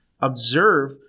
observe